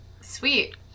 sweet